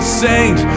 saint